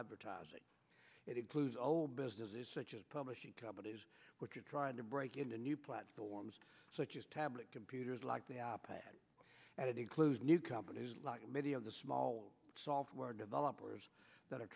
advertising it includes old businesses such as publishing companies which are trying to break into new platforms such as tablet computers like the op and it includes new companies like many of the small software developers that are